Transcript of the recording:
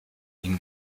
ihm